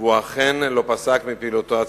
והוא אכן לא פסק מפעילותו הציבורית,